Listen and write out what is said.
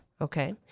Okay